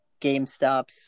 GameStops